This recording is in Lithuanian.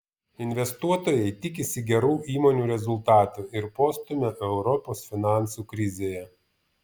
investuotojai tikisi gerų įmonių rezultatų ir postūmio europos finansų krizėje